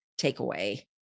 takeaway